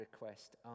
request